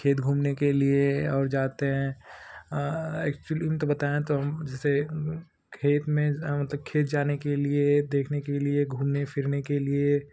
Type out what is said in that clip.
खेत घूमने के लिए और जाते हैं अक्चुअली हम तो बताए तो हम जैसे खेत में मतलब खेत जाने के लिए देखने के लिए घूमने फिरने के लिए